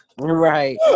right